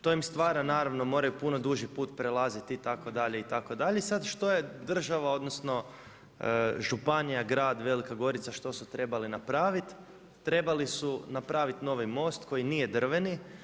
To im stvara naravno, moraju punu duži put prelaziti itd. itd., i sada što je država odnosno županija, grad Velika Gorica, što su trebale napraviti – trebali su napraviti novi most koji nije drveni.